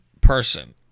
person